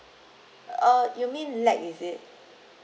uh you mean lag is it